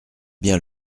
bien